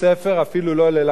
אפילו לא ללילה אחד.